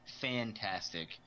fantastic